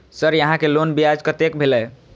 Sir यहां के loan ब्याज कतेक भेलेय?